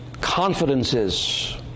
confidences